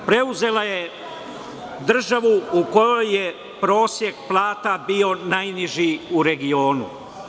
Preuzela je državu u kojoj je prosek plata bio najniži u regionu.